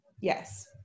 Yes